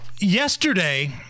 yesterday